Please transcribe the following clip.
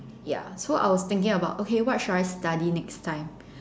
ya so I was thinking about okay what should I study next time